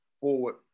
forward